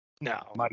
No